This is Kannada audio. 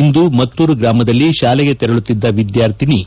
ಇಂದು ಮತ್ತೂರು ಗ್ರಾಮದಲ್ಲಿ ಶಾಲೆಗೆ ತೆರಳುತ್ತಿದ್ದ ವಿದ್ಯಾರ್ಥಿನಿ